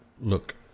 Look